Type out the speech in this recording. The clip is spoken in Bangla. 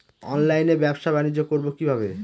অনলাইনে ব্যবসা বানিজ্য করব কিভাবে?